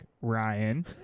Ryan